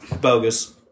Bogus